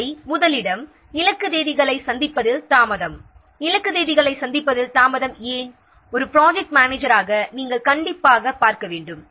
அவையாவன இலக்கு தேதிகளை சந்திப்பதில் தாமதம் இந்த தாமதத்தை ப்ராஜெக்ட் மேனேஜர் கண்டிப்பாக பார்க்க வேண்டும்